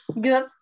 good